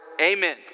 amen